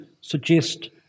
suggest